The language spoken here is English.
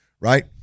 right